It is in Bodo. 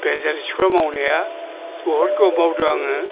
भेनसार स्कुलाव मावनाया बहुद गोबाव मावदों आङो